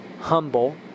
humble